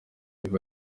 biba